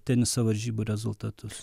teniso varžybų rezultatus